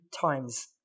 times